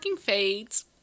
fades